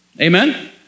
Amen